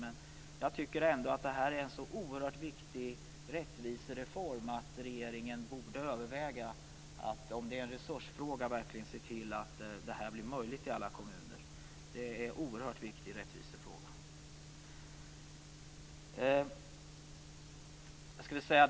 Men jag tycker ändå att detta är en så oerhört viktig rättvisereform att regeringen borde överväga - om det är en resursfråga - att se till att detta verkligen blir möjligt i alla kommuner. Det är en oerhört viktig rättvisefråga.